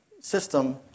system